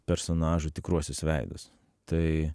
personažų tikruosius veidus tai